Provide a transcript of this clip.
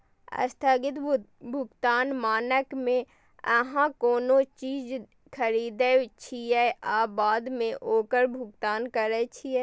स्थगित भुगतान मानक मे अहां कोनो चीज खरीदै छियै आ बाद मे ओकर भुगतान करै छियै